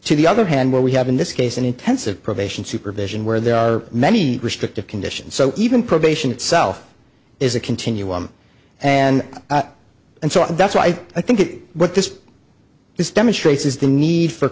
to the other hand where we have in this case an intensive probation supervision where there are many restrictive conditions so even probation itself is a continuum and and so that's why i think what this this demonstrates is the need for